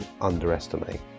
underestimate